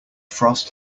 frost